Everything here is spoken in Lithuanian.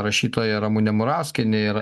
rašytoja ramunė murauskienė ir